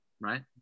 right